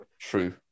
True